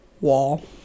wall